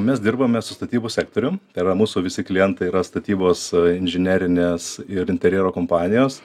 mes dirbame su statybų sektorium tai yra mūsų visi klientai yra statybos inžinerinės ir interjero kompanijos